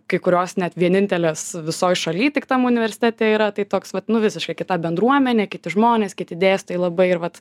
kai kurios net vienintelės visoj šaly tik tam universitete yra tai toks vat nu visiškai kita bendruomenė kiti žmonės kiti dėstytojai labai ir vat